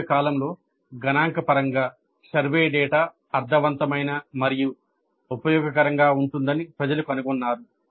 సుదీర్ఘ కాలంలో గణాంకపరంగా సర్వే డేటా అర్ధవంతమైన మరియు ఉపయోగకరంగా ఉంటుందని ప్రజలు కనుగొన్నారు